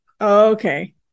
Okay